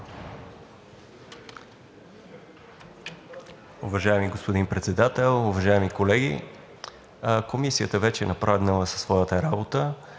Уважаеми господин Председател, уважаеми колеги! Комисията вече е напреднала със своята работа.